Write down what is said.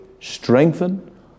strengthen